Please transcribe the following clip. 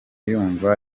yumva